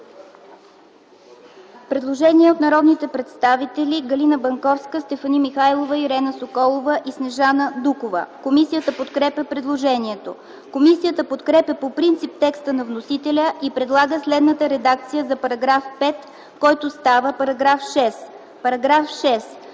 предложение от народните представители Галина Банковска, Стефани Михайлова, Ирена Соколова и Снежана Дукова, което е подкрепено от комисията. Комисията подкрепя по принцип текста на вносителя и предлага следната редакция за § 5, който става § 6: „§ 6.